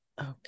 Okay